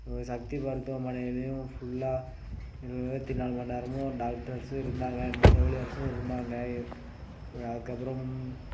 ஓ சக்தி மருத்துவமனையிலையும் ஃபுல்லா இருபத்தி நாலு மணிநேரமும் டாக்டர்ஸு இருந்தாங்க இந்த செவிலியர்ஸு இருந்தாங்க இ அதுக்கப்புறம்